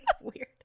weird